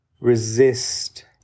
resist